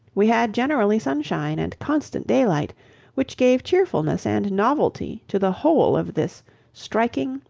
we had generally sunshine, and constant daylight which gave cheerfulness and novelty to the whole of this striking,